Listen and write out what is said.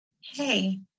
hey